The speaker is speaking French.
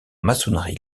maçonnerie